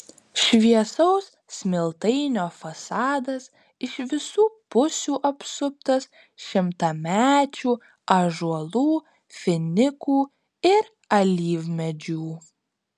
šviesaus smiltainio fasadas iš visų pusių apsuptas šimtamečių ąžuolų finikų ir alyvmedžių